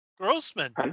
Grossman